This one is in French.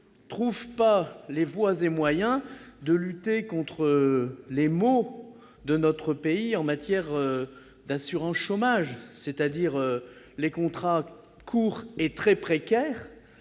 de trouver les voies et moyens de lutter contre les maux de notre pays en matière d'assurance chômage, à savoir les contrats courts et très précaires